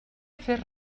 fer